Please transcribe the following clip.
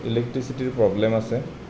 ইলেক্ট্ৰিচিটিৰ problem আছে